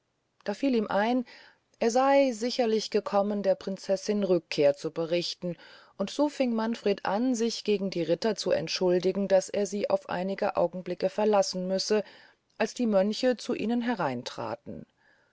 da fiel ihm ein er sey sicherlich gekommen der prinzessin rückkehr zu berichten und so fing manfred an sich gegen die ritter zu entschuldigen daß er sie auf einige augenblicke verlassen müsse als die mönche zu ihnen hereintraten